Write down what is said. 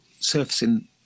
surfacing